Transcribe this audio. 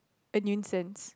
a nuisance